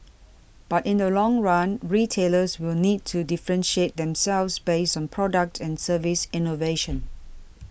but in the long run retailers will need to differentiate themselves based on product and service innovation